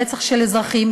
לרצח של אזרחים,